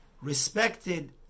respected